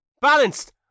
Balanced